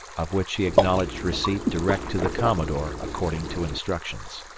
of which he acknowledged receipt direct to the commodore according to instructions.